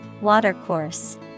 Watercourse